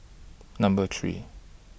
Number three